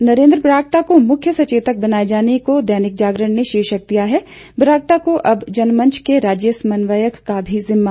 नरेंद्र बरागटा को मुख्य सचेतक बनाए जाने को दैनिक जागरण ने शीर्षक दिया है बरागटा को अब जनमंच के राज्य समन्वयक का भी जिम्मा